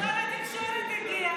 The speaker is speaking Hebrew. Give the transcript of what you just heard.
הינה, שר התקשורת הגיע.